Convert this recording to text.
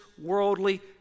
worldly